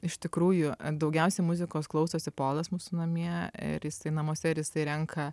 iš tikrųjų daugiausiai muzikos klausosi polas mūsų namie ir jisai namuose ir jisai renka